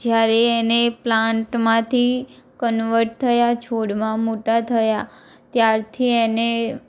જ્યારે એને પ્લાન્ટમાંથી કન્વર્ટ થયા છોડમાં મોટા થયા ત્યારથી એને